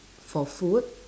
for food